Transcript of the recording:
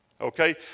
okay